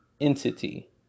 entity